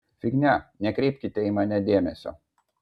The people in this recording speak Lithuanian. fignia nekreipkite į mane dėmesio